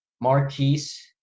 Marquise